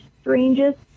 strangest